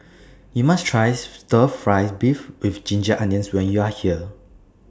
YOU must Try Stir Fry Beef with Ginger Onions when YOU Are here